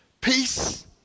peace